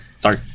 Sorry